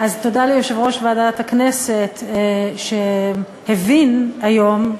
תודה ליושב-ראש ועדת הכנסת, שהבין היום,